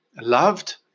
loved